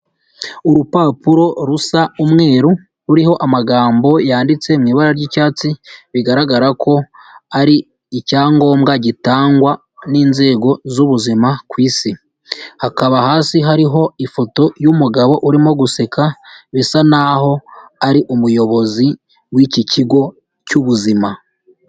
Urupapuro rusa umweru, ruririho amagambo yanditse mu ibara ry'icyatsi, bigaragara ko ari icyangombwa gitangwa n'inzego z'ubuzima ku isi. Hakaba hasi hariho ifoto y'umugabo urimo guseka bisa naho ari umuyobozi w'iki kigo cy'ubuzima.